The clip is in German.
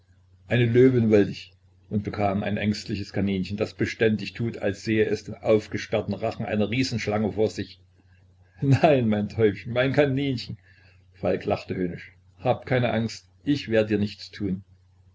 eine löwin wollt ich und bekam ein ängstliches kaninchen das beständig tut als sehe es den aufgesperrten rachen einer riesenschlange vor sich nein mein täubchen mein kaninchen falk lachte höhnisch hab keine angst ich werde dir nichts tun